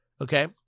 okay